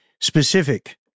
specific